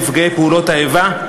נפגעי, פעולות איבה,